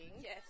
Yes